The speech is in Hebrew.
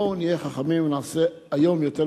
ואני חושב שלא צריך לחכות עד שיקרה חלילה אסון.